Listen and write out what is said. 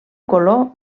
color